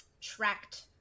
tracked